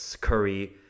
Curry